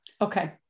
Okay